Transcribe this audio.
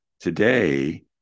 Today